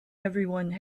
everyone